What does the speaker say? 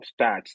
stats